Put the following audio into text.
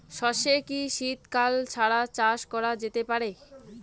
সর্ষে কি শীত কাল ছাড়া চাষ করা যেতে পারে?